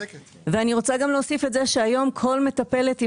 ואני רוצה גם להוסיף את זה שהיום כל מטפלת היא